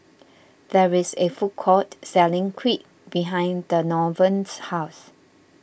there is a food court selling Crepe behind Donavon's house